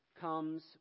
comes